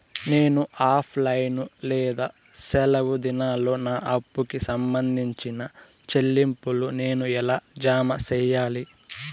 నేను offline ద్వారా సెలవు దినాల్లో నా అప్పుకి సంబంధించిన చెల్లింపులు నేను ఎలా జామ సెయ్యాలి?